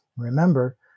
Remember